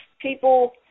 people